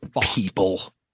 people